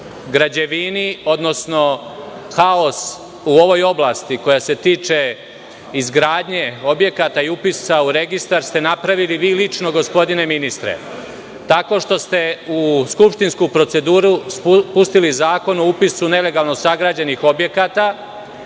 građevini, odnosno haos u ovoj oblasti koja se tiče izgradnje objekata i upisa u registar, napravili ste vi lično, gospodine ministre, tako što ste u skupštinsku proceduru pustili Zakon o upisu nelegalno sagrađenih objekata.